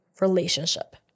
relationship